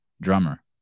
drummer